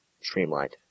streamlined